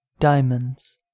Diamonds